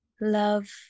love